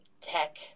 tech